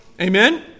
Amen